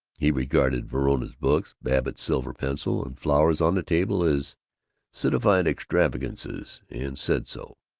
he regarded verona's books, babbitt's silver pencil, and flowers on the table as citified extravagances, and said so.